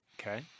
Okay